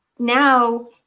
now